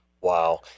Wow